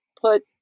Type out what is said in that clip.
put